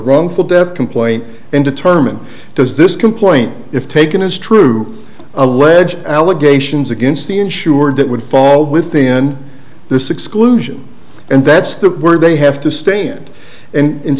wrongful death complaint and determine does this complaint if taken as true allege allegations against the insured that would fall within this exclusion and that's where they have to stand and in